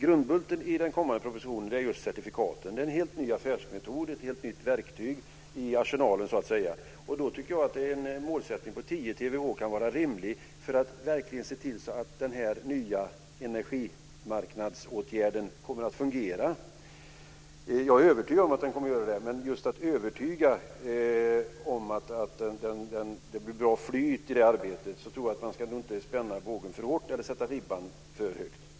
Grundbulten i den kommande propositionen är certikfikaten. Det är en helt ny affärsmetod och ett helt nytt verktyg i arsenalen. Då tycker jag att en målsättning på 10 terawattimmar kan vara rimlig för att verkligen se till att denna nya energimarknadsåtgärd fungerar. Jag är övertygad om att den kommer att göra det, men för att det ska bli bra flyt i arbetet tror jag att man ska låta bli att spänna bågen för hårt eller sätta ribban för högt.